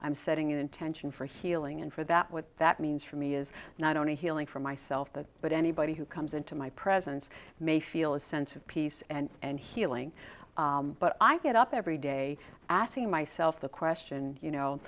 i'm setting an intention for healing and for that what that means for me is not only healing for myself that but anybody who comes into my presence may feel a sense of peace and healing but i get up every day asking myself the question you know